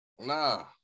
Nah